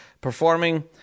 performing